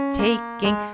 taking